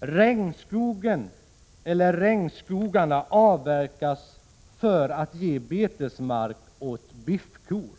Regnskogarna avverkas för att ge betesmark åt biffkor.